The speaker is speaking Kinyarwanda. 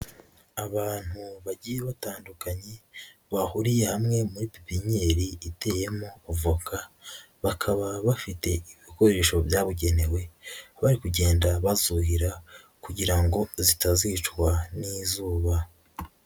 Abantu bagiye batandukanye, bahuriye hamwe muri pipinyeri iteyemo voka, bakaba bafite ibikoresho byabugenewe, bari kugenda bazuhira kugira ngo zitazicwa n'izuba.